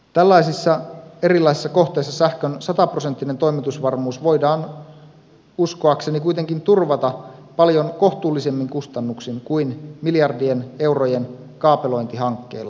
tällaisissa erilaisissa kohteissa sähkön sataprosenttinen toimitusvarmuus voidaan uskoakseni kuitenkin turvata paljon kohtuullisemmin kustannuksin kuin miljardien eurojen kaapelointihankkeilla